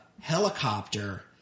helicopter